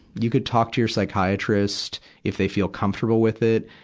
you could talk to your psychiatrist, if they feel comfortable with it,